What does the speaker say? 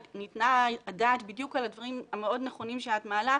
ניתנה הדעת בדיוק על הדברים המאוד נכונים שאת מעלה,